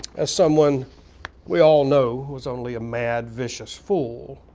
as someone we all know who is only a mad, vicious fool.